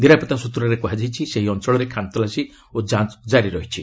ନିରାପତ୍ତା ସୂତ୍ରରେ କୁହାଯାଇଛି ସେହି ଅଞ୍ଚଳରେ ଖାନତଲାସୀ ଓ ଯାଞ୍ଚ୍ କାରି ରହିଛି